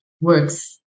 works